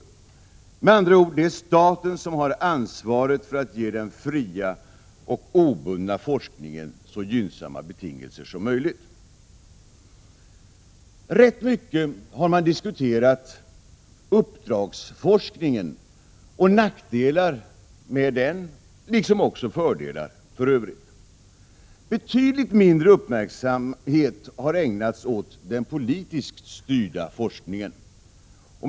Det är med andra ord staten som har ansvaret för att ge den fria och obundna forskningen så gynnsamma betingelser som möjligt. Man har diskuterat uppdragsforskningen rätt mycket — dess nackdelar men också dess fördelar. Betydligt mindre uppmärksamhet har ägnats åt den politiskt styrda forskningen.